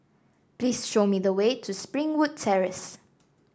please show me the way to Springwood Terrace